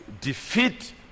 defeat